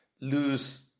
lose